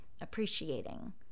appreciating